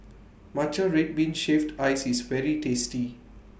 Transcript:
Matcha Red Bean Shaved Ice IS very tasty